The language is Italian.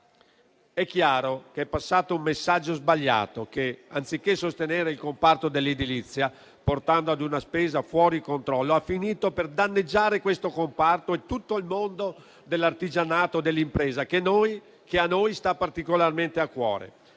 È chiaro che è passato un messaggio sbagliato che, anziché sostenere il comparto dell'edilizia, portando ad una spesa fuori controllo, ha finito per danneggiare questo comparto e tutto il mondo dell'artigianato e dell'impresa che a noi stanno particolarmente a cuore.